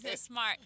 Smart